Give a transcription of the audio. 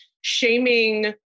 shaming